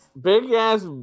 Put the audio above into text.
Big-ass